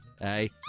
hey